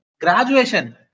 graduation